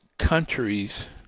countries